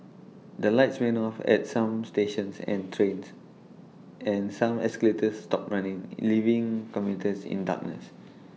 the lights went off at some stations and trains and some escalators stopped running leaving commuters in darkness